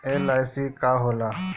LIC का होला?